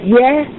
yes